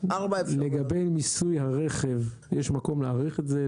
לגבי מיסוי הרכב, יש מקום להאריך את זה.